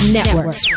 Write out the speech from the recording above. Network